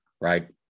right